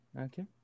Okay